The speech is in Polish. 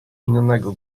innego